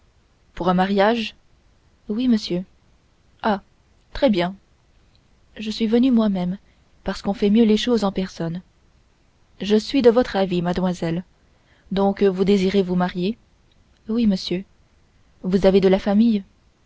pour un mariage oui monsieur ah très bien je suis venue moi-même parce qu'on fait mieux les choses en personne je suis de votre avis mademoiselle donc vous désirez vous marier oui monsieur vous avez de la famille